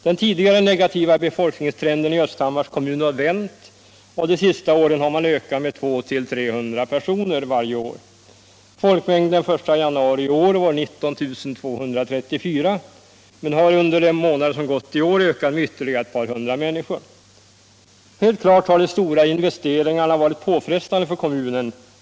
Den tidigare negativa befolkningstrenden i Östhammars kommun har vänt, och de senaste åren har ökningen varit 200-300 personer varje år. Folkmängden den 1 januari i år var 19 234 men har under de månader som gått i år ökat med ytterligare ett par hundra människor. Helt klart har de stora investeringarna varit påfrestande för kommunen.